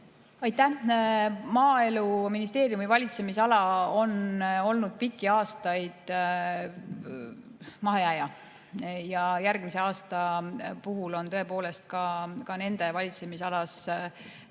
Aitäh! Maaeluministeeriumi valitsemisala on olnud pikki aastaid mahajääja ja järgmisel aastal on tõepoolest ka nende valitsemisalas täiendav